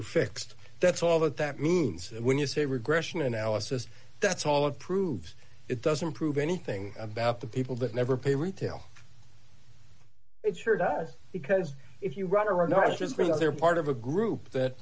are fixed that's all that that means when you say regression analysis that's all it proves it doesn't prove anything about the people that never pay retail it sure does because if you run or not just because they're part of a group that